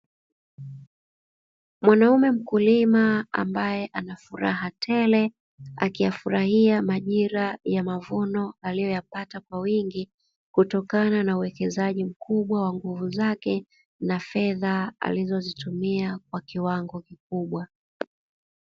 Mwanaume mkulima ambae anafuraha tele akiyafurahia majira ya mavuno aliyoyapata kwa wingi kutokana na uwekezaji mkubwa wa nguvu zake na fedha alizo zitumia kwa kiwango kikubwa.